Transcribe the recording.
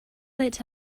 lit